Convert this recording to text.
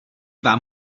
vám